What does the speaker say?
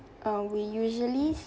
uh we usually